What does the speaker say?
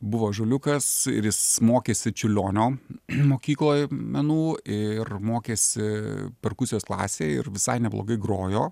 buvo žaliukas ir jis mokėsi čiurlionio mokykloj menų ir mokėsi perkusijos klasėj ir visai neblogai grojo